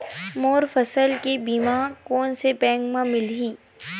मोर फसल के बीमा कोन से बैंक म मिलही?